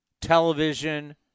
television